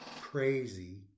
crazy